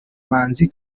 manzi